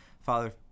Father